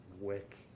work